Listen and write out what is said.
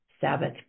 Sabbath